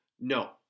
No